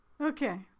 okay